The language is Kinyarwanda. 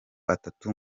atatu